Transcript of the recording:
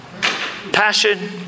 Passion